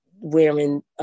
wearing